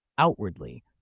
Outwardly